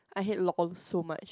I hate lol so much